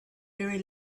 very